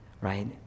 right